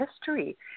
history